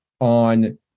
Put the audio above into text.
on